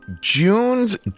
June's